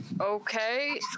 Okay